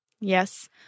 Yes